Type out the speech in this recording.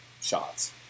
shots